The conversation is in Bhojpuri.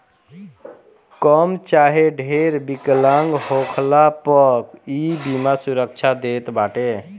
कम चाहे ढेर विकलांग होखला पअ इ बीमा सुरक्षा देत बाटे